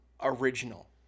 original